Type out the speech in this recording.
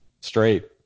Straight